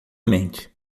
mente